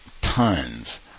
tons